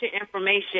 information